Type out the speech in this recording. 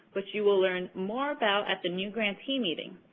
which you will learn more about at the new grantee meeting.